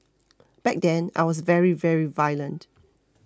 back then I was very very violent